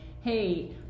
hey